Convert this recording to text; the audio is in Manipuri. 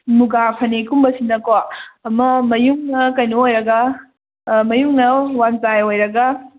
ꯃꯨꯒꯥ ꯐꯅꯦꯛ ꯀꯨꯝꯕꯁꯤꯅꯀꯣ ꯑꯃ ꯃꯌꯨꯡꯅ ꯀꯩꯅꯣ ꯑꯣꯏꯔꯒ ꯃꯌꯨꯡꯅ ꯋꯥꯟ ꯄ꯭ꯂꯥꯏ ꯑꯣꯏꯔꯒ